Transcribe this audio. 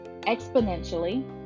exponentially